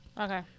Okay